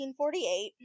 1848